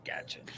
Gotcha